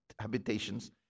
habitations